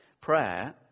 Prayer